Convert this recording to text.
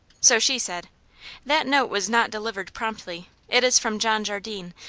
so she said that note was not delivered promptly. it is from john jardine.